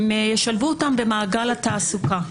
והם ישתלבו במעגל התעסוקה.